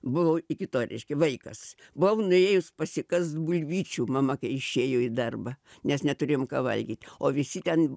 buvau iki to reiškia vaikas buvau nuėjus pasikast bulvyčių mama kai išėjo į darbą nes neturėjom ką valgyt o visi ten